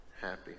happy